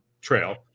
trail